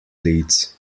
leads